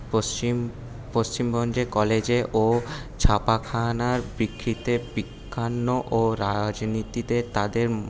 পশ্চিম পশ্চিমগঞ্জে কলেজে ও ছাপাখানার প্রেক্ষিতে পিকান্ন ও রাজনীতিতে তাদের